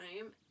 time